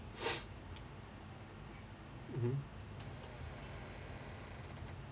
mmhmm